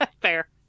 fair